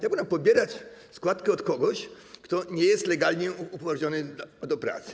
Jak można pobierać składkę od kogoś, kto nie jest legalnie upoważniony do pracy?